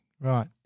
right